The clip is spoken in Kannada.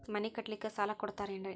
ಮನಿ ಕಟ್ಲಿಕ್ಕ ಸಾಲ ಕೊಡ್ತಾರೇನ್ರಿ?